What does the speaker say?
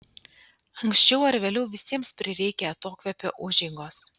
anksčiau ar vėliau visiems prireikia atokvėpio užeigos